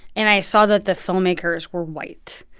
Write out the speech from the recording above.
and i saw that the filmmakers were white,